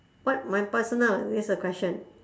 what my personal this is the question